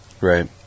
Right